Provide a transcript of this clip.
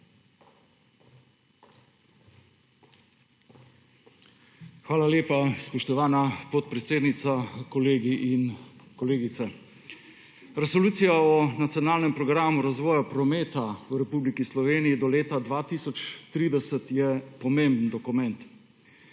Hvala lepa spoštovana podpredsednica, kolegi in kolegice! Resolucija o nacionalnem programu razvoja prometa v Republiki Sloveniji do leta 2030 je pomemben dokument.